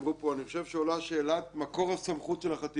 אני חושב שעולה שאלת מקור הסמכות של החטיבה להתיישבות.